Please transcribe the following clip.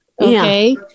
Okay